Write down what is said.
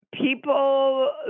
People